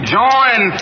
join